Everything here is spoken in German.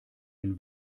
den